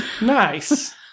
Nice